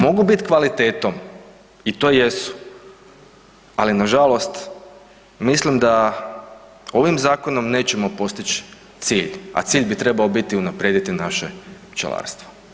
Mogu bit kvalitetom i to jesu, ali nažalost mislim da ovim zakonom nećemo postići cilj, a cilj bi trebao biti unaprijediti naše pčelarstvo.